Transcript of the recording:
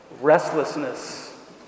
restlessness